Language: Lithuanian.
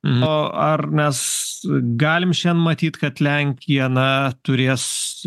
o ar mes galim šian matyt kad lenkija na turės